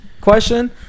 question